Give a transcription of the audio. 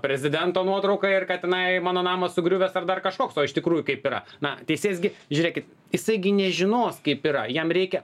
prezidento nuotrauką ir kad tenai mano namas sugriuvęs ar dar kažkoks o iš tikrųjų kaip yra na teisėjas gi žiūrėkit jisai gi žinos kaip yra jam reikia